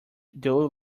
dull